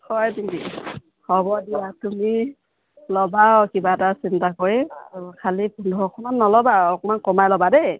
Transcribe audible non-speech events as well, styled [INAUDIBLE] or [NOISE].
হয় [UNINTELLIGIBLE] হ'ব দিয়া তুমি ল'বা আৰু কিবা এটা চিন্তা কৰি খালি পোন্ধৰশমান নল'বা আৰু অকণমান কমাই ল'বা দেই